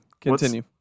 Continue